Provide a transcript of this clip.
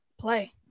play